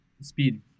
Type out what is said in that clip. speed